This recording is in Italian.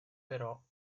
però